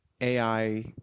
AI